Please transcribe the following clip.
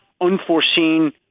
unforeseen